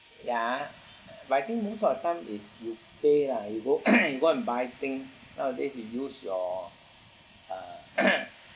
ya but I think most of the time is you pay lah you go you go and buy thing nowadays you use your uh